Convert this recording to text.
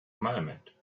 moment